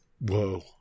Whoa